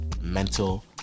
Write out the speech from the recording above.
mental